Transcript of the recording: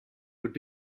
would